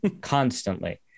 constantly